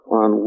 on